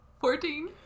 Fourteen